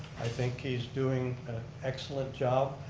i think he's doing an excellent job,